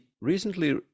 recently